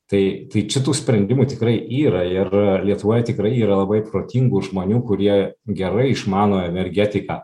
tai tai šitų sprendimų tikrai yra ir lietuvoje tikrai yra labai protingų žmonių kurie gerai išmano energetiką